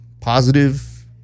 Positive